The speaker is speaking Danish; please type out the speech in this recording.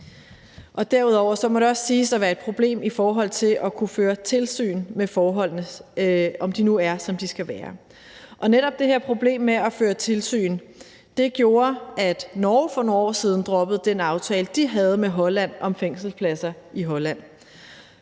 Derudover må det også siges at være et problem i forhold til at kunne føre tilsyn med forholdene, altså om de nu er, som de skal være. Netop det her problem med at føre tilsyn gjorde, at Norge for nogle år siden droppede den aftale, de havde med Holland, om fængselspladser i Holland.